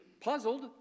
puzzled